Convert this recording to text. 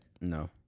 No